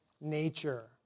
nature